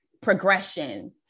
progression